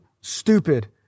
stupid